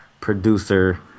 producer